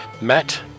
Matt